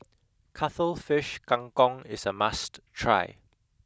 Cuttlefish Kang Kong is a must try